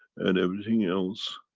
and everything else,